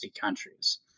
countries